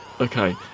Okay